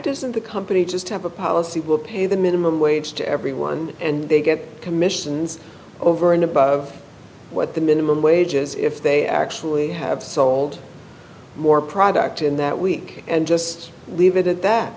doesn't the company just have a policy will pay the minimum wage to everyone and they get commissions over and above what the minimum wage is if they actually have sold more product in that week and just leave it at that